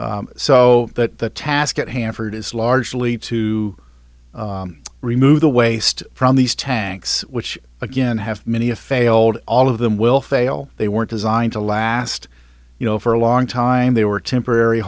years so that the task at hand for it is largely to remove the waste from these tanks which again have many of failed all of them will fail they weren't designed to last you know for a long time they were temporary